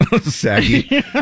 Saggy